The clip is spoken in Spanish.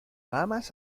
bahamas